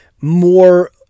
more